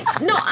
no